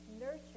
nurture